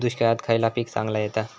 दुष्काळात खयला पीक चांगला येता?